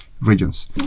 regions